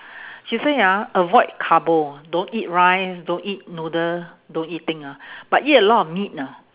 she say ah avoid carbo don't eat rice don't eat noodle don't eat thing ah but eat a lot of meat ah